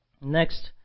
next